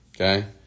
Okay